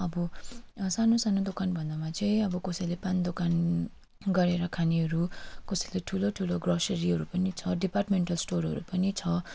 अबो सानो सानो दोकान भन्दामा चाहिँ अब कसैले पान दोकान गरेर खानेहरू कोसैले ठुलो ठुलो ग्रोसरीहरू पनि छ डिपार्टमेन्टल स्टोरहरू पनि छ